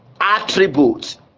attributes